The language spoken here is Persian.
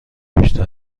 بیشتر